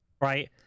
Right